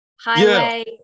Highway